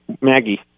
Maggie